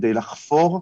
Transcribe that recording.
כדי לחפור,